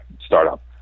startup